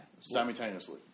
Simultaneously